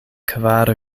kvar